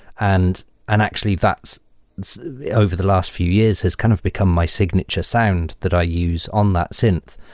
and and actually, that's over the last few years has kind of become my signature sound that i use on that synth.